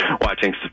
watching